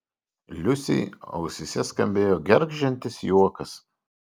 liusei ausyse skambėjo gergždžiantis juokas